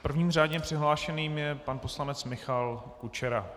Prvním řádně přihlášeným je pan poslanec Michal Kučera.